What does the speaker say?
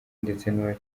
ndetse